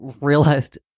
realized